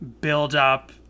build-up